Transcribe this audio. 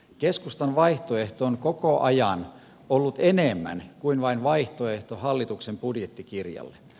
keskustan vaihtoehto on koko ajan ollut enemmän kuin vain vaihtoehto hallituksen budjettikirjalle